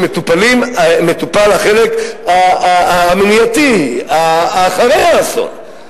שמטופל החלק המניעתי אחרי האסון.